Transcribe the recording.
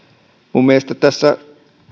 minun mielestäni tässä